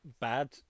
bad